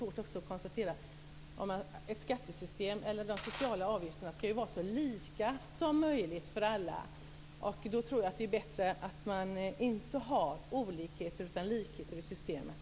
De sociala avgifterna skall ju vara så lika som möjligt för alla. Då tror jag att det är bättre att man inte har olikheter utan likheter i systemet.